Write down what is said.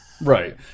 Right